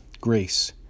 grace